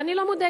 ואני לא מודאגת.